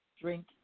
drink